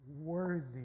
worthy